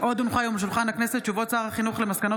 עוד הונחו היום על שולחן הכנסת הודעות שר החינוך על מסקנות